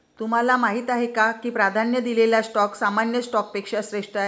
तुम्हाला माहीत आहे का की प्राधान्य दिलेला स्टॉक सामान्य स्टॉकपेक्षा श्रेष्ठ आहे?